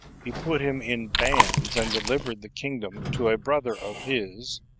he put him in bands, and delivered the kingdom to a brother of his,